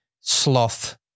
sloth